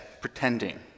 pretending